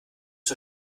zur